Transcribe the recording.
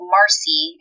Marcy